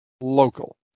local